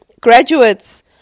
Graduates